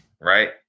Right